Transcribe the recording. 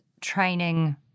training